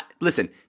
Listen